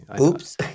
Oops